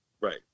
Right